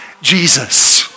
Jesus